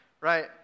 Right